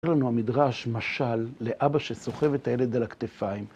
אומר לנו המדרש, משל, לאבא שסוחב את הילד על הכתפיים.